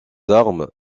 armes